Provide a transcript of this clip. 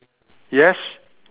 yes